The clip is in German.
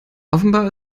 offenbar